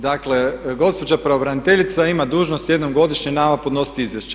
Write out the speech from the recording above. Dakle, gospođa pravobraniteljica ima dužnost jednom godišnje nama podnosit izvješće.